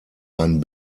einen